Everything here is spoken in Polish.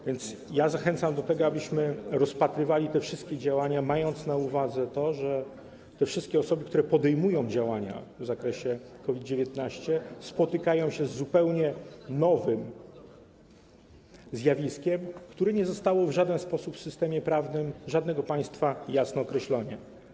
A więc zachęcam do tego, abyśmy rozpatrywali te wszystkie działania, mając na uwadze to, że wszystkie osoby, które podejmują działania w zakresie COVID-19, stykają się z zupełnie nowym zjawiskiem, które nie zostało w żaden sposób w systemie prawnym żadnego państwa jasno określone.